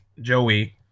Joey